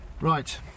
Right